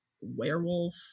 Werewolf